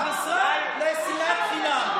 המשרד לשנאת חינם.